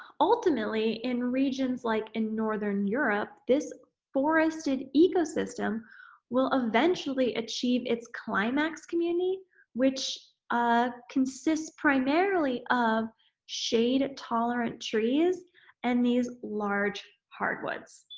ultimately, in regions like in northern europe this forested ecosystem will eventually achieve its climax community which ah consists primarily of shade tolerant trees and these large hardwoods.